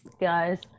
guys